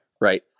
right